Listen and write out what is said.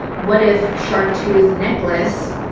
what if shark tooth necklace